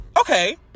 okay